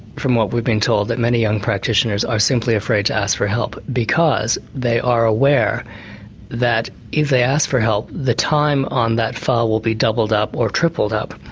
from what we've been told, that many young practitioners are simply afraid to ask for help, because they are aware that if they ask for help, the time on that file will be doubled up or tripled up.